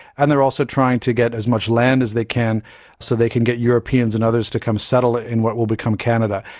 and they are also trying to get as much land as they can so they can get europeans and others to come settle in what will become canada.